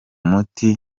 muti